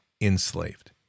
enslaved